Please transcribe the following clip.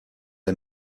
est